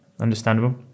Understandable